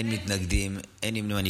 אין מתנגדים, אין נמנעים.